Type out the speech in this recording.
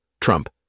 Trump